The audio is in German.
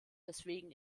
deswegen